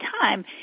time